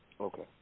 Okay